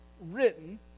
written